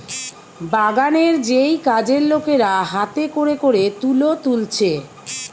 বাগানের যেই কাজের লোকেরা হাতে কোরে কোরে তুলো তুলছে